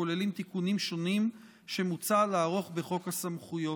הכוללים תיקונים שונים שמוצע לערוך בחוק הסמכויות.